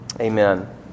Amen